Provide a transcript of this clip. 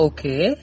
Okay